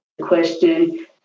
question